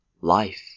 life